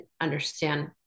understand